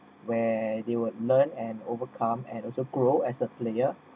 where they would learn and overcome and also grow as a player